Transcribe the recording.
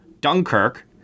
Dunkirk